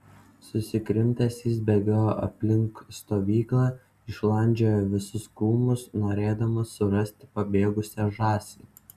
susikrimtęs jis bėgiojo aplink stovyklą išlandžiojo visus krūmus norėdamas surasti pabėgusią žąsį